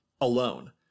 alone